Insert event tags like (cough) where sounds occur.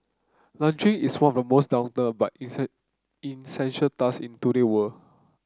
laundry is one of the most daunted but (unintelligible) essential task in today world